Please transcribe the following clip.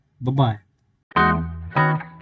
Bye-bye